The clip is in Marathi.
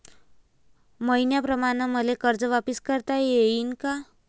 मईन्याप्रमाणं मले कर्ज वापिस करता येईन का?